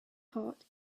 heart